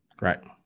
Right